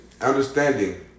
understanding